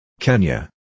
Kenya